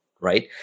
Right